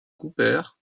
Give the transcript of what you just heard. cooper